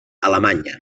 alemanya